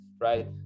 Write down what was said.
right